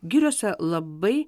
giriose labai